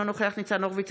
אינו נוכח ניצן הורוביץ,